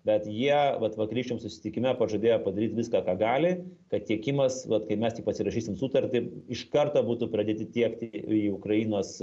bet jie vat vakarykščiam susitikime pažadėjo padaryt viską ką gali kad tiekimas vat kai mes tik pasirašysim sutartį iš karto būtų pradėti tiekti į ukrainos